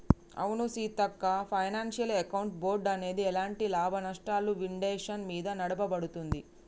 అవును సీతక్క financial account board అనేది ఎలాంటి లాభనష్టాలు విండేషన్ మీద నడపబడుతుంది